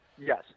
Yes